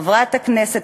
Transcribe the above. חברת הכנסת,